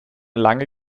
lange